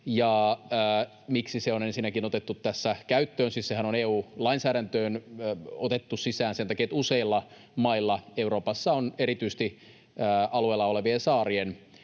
Miksi se on ensinnäkin otettu tässä käyttöön, niin sehän on siis EU-lainsäädäntöön otettu sisään sen takia, että useilla mailla Euroopassa on erityisesti alueella olevien saarien